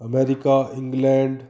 America England